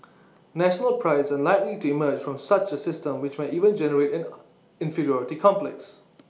national Pride is unlikely to emerge from such A system which may even generate an inferiority complex